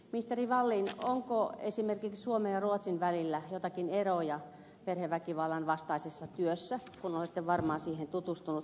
ministeri wallin onko esimerkiksi suomen ja ruotsin välillä joitakin eroja perheväkivallanvastaisessa työssä kun olette varmaan siihen tutustunut